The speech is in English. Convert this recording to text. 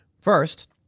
First